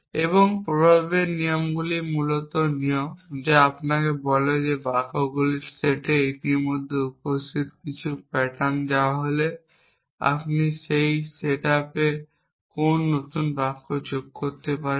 এবং প্রভাবের নিয়মগুলি মূলত নিয়ম যা আপনাকে বলে যে বাক্যগুলির সেটে ইতিমধ্যে উপস্থিত কিছু প্যাটার্ন দেওয়া হলে আপনি সেট আপে কোন নতুন বাক্য যোগ করতে পারেন